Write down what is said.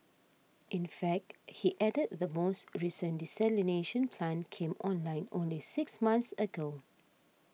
in fact he added the most recent desalination plant came online only six months ago